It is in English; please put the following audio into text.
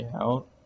out